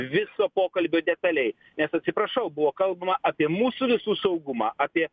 viso pokalbio detaliai nes atsiprašau buvo kalbama apie mūsų visų saugumą apie